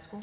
Kl.